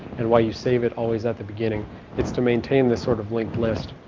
and why you save it always at the beginning it's to maintain the sort oflinked list